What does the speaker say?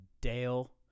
Dale